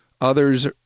Others